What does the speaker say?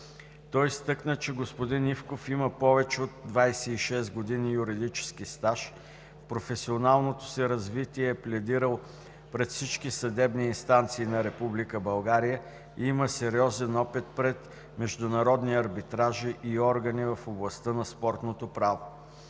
Той изтъкна, че господин Ивков има повече от 26 години юридически стаж, в професионалното си развитие е пледирал пред всички съдебни инстанции на Република България и има сериозен опит пред международни арбитражи и органи в областта на спортното право.